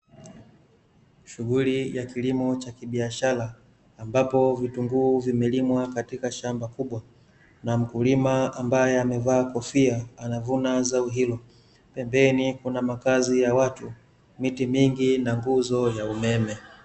Shughuli ya kilimo cha kibiashara, ambapo vitunguu vimelimwa katika shamba kubwa na mkulima ambaye amevaa kofia anavuna zao hilo, pembeni kuna makazi ya watu, miti mingi na nguzo ya umeme.